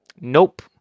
Nope